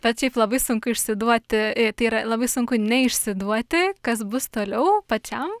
bet šiaip labai sunku išsiduoti tai yra labai sunku neišsiduoti kas bus toliau pačiam